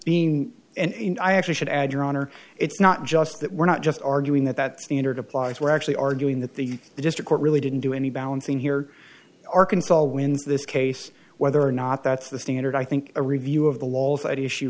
and i actually should add your honor it's not just that we're not just arguing that that standard applies we're actually arguing that the just a court really didn't do any balancing here arkansas when this case whether or not that's the standard i think a review of the walls at issue